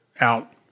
out